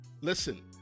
listen